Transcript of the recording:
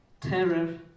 terror